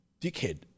dickhead